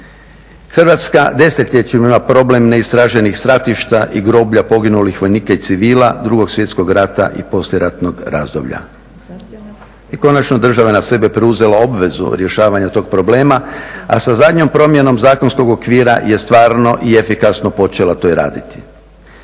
Hrvatska desetljećima ima problem neistraženih stratišta i groblja poginulih vojnika i civila 2.svjetskog rata i poslijeratnog razdoblja. I konačno, država je na sebe preuzela obvezu rješavanja tog problema, a sa zadnjom promjenom zakonskog okvira je stvarno i efikasno počela to i raditi.